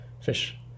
Fish